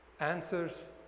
answers